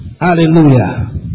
Hallelujah